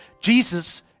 Jesus